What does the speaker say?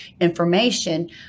information